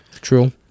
True